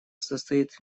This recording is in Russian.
состоит